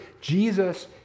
Jesus